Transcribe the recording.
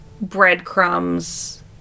breadcrumbs